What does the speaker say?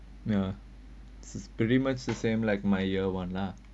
ya it's it's pretty much the same like my year one lah